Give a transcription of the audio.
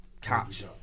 catch